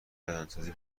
بدنسازی